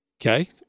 Okay